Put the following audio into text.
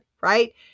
right